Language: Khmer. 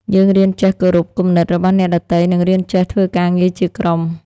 យើងរៀនចេះគោរពគំនិតរបស់អ្នកដទៃ និងរៀនចេះធ្វើការងារជាក្រុម។